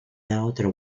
outer